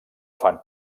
fan